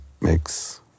makes